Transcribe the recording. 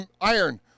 iron